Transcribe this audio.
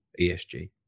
ESG